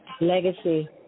Legacy